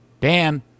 dan